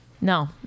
No